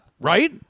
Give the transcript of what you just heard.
right